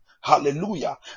Hallelujah